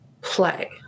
play